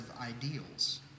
ideals